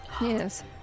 Yes